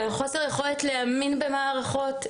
של חוסר היכולת להאמין במערכות,